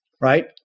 right